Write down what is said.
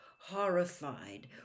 horrified